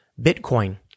Bitcoin